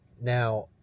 Now